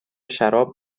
شراب